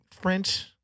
French